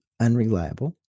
unreliable